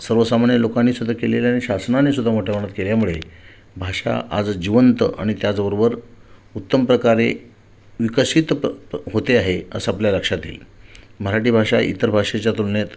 सर्वसामान्य लोकांनीसुद्धा केलेलं आहे आणि शासनानेसुद्धा मोठ्या प्रमाणात केल्यामुळे भाषा आज जिवंत आणि त्याचबरोबर उत्तम प्रकारे विकसित प प होते आहे असं आपल्या लक्षात येईल मराठी भाषा इतर भाषेच्या तुलनेत